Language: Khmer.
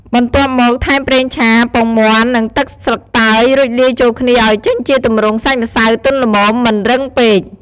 បន្ទាប់មកថែមប្រេងឆា ពងមាន់ និងទឹកស្លឹកតើយ រួចលាយចូលគ្នាឱ្យចេញជាទម្រង់សាច់ម្សៅទន់ល្មម មិនរឹងពេក។